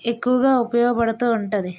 ఎక్కువగా ఉపయోగపడుతు ఉంటుంది